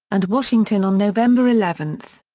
and washington on november eleven.